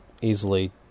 easily